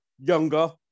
younger